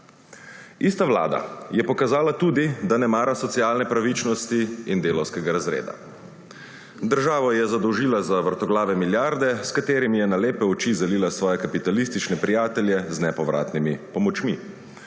Ista vlada je pokazala tudi, da ne mara socialne pravičnosti in delavskega razreda. Državo je zadolžila za vrtoglave milijarde, s katerimi je na lepe oči zalila svoje kapitalistične prijatelje z nepovratnimi pomočmi.